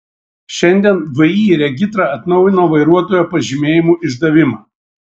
šiandien vį regitra atnaujino vairuotojo pažymėjimų išdavimą